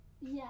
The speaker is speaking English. Yes